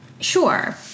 Sure